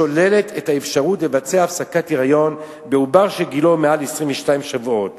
ששוללות את האפשרות לבצע הפסקת היריון בעובר שגילו מעל 22 שבועות